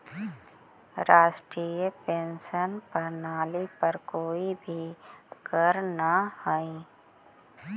राष्ट्रीय पेंशन प्रणाली पर कोई भी करऽ न हई